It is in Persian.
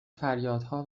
فریادها